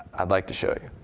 i'd like to show